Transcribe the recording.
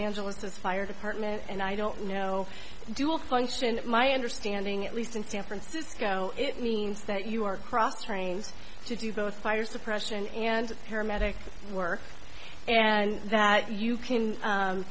angeles to the fire department and i don't know dual function my understanding at least in san francisco it means that you are cross trained to do both fire suppression and paramedic work and that you can